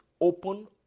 open